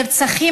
נרצחים,